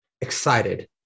excited